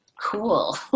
Cool